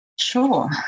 Sure